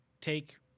take